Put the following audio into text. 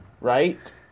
right